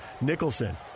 Nicholson